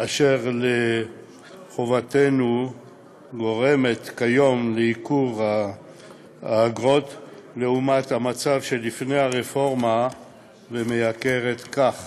אשר גורם כיום לייקור האגרות לעומת המצב שלפני הרפורמה ומעלה כך